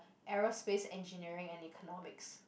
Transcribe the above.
aerospace engineering and economics